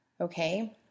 Okay